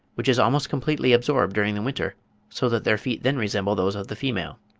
which is almost completely absorbed during the winter so that their feet then resemble those of the female.